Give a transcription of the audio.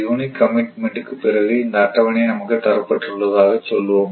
unit commitment க்கு பிறகு இந்த அட்டவணையை நமக்கு தரப்பட்டுள்ளதாக சொல்லுவோம்